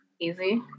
easy